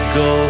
go